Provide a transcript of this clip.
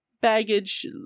baggage